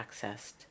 accessed